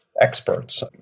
experts